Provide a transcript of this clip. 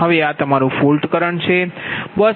હવે આ તમારું ફોલ્ટ કરંટ છે